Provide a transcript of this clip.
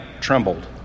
trembled